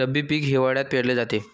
रब्बी पीक हिवाळ्यात पेरले जाते